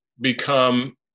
become